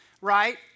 right